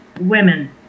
women